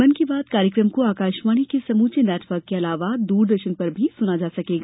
मन की बात कार्यक्रम को आकाशवाणी के समूचे नेटवर्क के अलावा दूरदर्शन पर भी सुना जा सकेगा